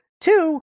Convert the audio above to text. Two